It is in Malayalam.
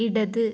ഇടത്